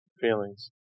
feelings